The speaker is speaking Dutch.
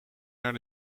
naar